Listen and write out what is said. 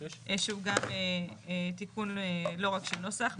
שהוא גם תיקון לא רק של נוסח.